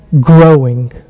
growing